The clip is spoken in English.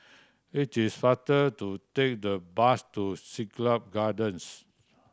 it is faster to take the bus to Siglap Gardens